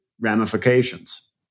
ramifications